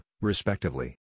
respectively